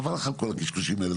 חבל לך על כל הקשקושים האלה,